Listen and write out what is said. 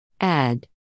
Add